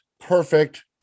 perfect